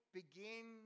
begin